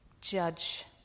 judge